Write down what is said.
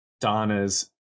Donna's